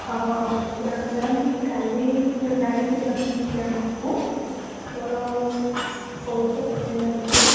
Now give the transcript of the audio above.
ହଁ yeah ma'am କାଲି ମୁଁ ଯାଇଥିଲି ଆପଣଙ୍କ ବ୍ୟାଙ୍କକୁ ମୋର ପଇସା ଉଠାଇବାର ଥିଲା